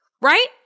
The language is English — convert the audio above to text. right